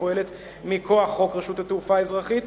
הפועלת מכוח חוק רשות התעופה האזרחית,